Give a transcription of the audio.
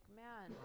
man